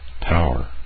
power